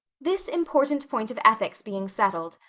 this important point of ethics being settled,